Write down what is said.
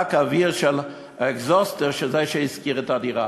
רק האוויר של ה"אקזוסטר" של זה שהשכיר את הדירה.